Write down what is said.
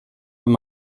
wenn